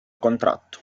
contratto